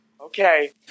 Okay